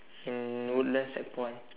in woodlands checkpoint